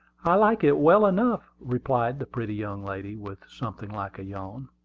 i like it well enough, replied the pretty young lady, with something like a yawn.